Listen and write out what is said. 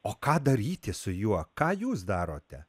o ką daryti su juo ką jūs darote